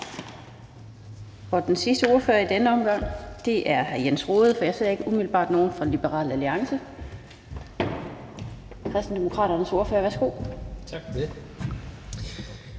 Den sidste ordfører i denne omgang er hr. Jens Rohde, for jeg ser ikke umiddelbart nogen fra Liberal Alliance. Værsgo til Kristendemokraternes ordfører. Kl.